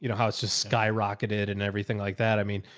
you know how it's just skyrocketed and everything like that. i mean,